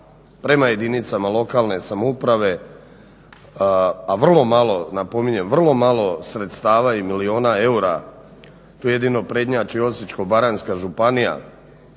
prema jedinicama lokalne samouprave, a vrlo malo napominjem vrlo malo sredstava i milijuna eura, tu jedino prednjači Osječko-baranjska županija